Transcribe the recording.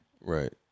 Right